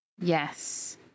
yes